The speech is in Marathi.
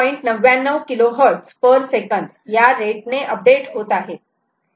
99 kilohertz per second या रेट ने अपडेट होत आहेत